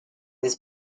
this